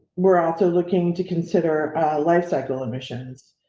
were also looking to consider lifecycle emissions.